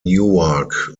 newark